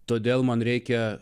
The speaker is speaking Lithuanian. todėl man reikia